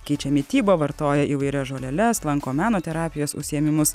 keičia mitybą vartoja įvairias žoleles lanko meno terapijos užsiėmimus